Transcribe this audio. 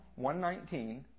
119